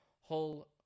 whole